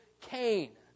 Cain